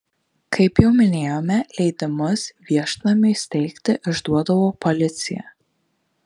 kaip jau minėjome leidimus viešnamiui steigti išduodavo policija